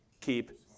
keep